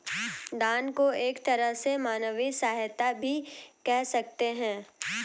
दान को एक तरह से मानवीय सहायता भी कह सकते हैं